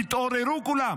התעוררו כולם.